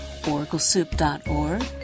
oraclesoup.org